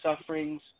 sufferings